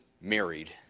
married